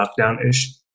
lockdown-ish